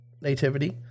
nativity